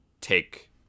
take